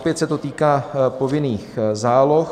Opět se to týká povinných záloh.